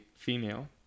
Female